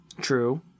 True